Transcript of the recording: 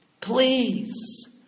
please